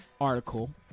article